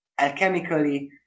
alchemically